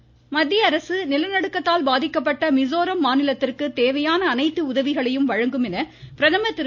மிசோரம் மத்திய அ அரசு நிலநடுக்கத்தால் பாதிக்கப்பட்ட மிசோரம் மாநிலத்திற்கு தேவையான அனைத்து உதவிகளையும் வழங்கும் என பிரதமர் திரு